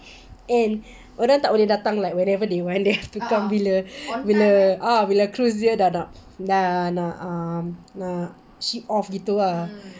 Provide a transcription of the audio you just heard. and orang tak boleh datang like wherever they want they have to come bila bila cruise dia dah nak ship off gitu ah